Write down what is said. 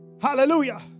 Hallelujah